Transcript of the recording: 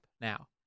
now